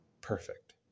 perfect